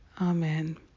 amen